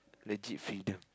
legit freedom